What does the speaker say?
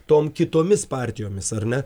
tom kitomis partijomis ar ne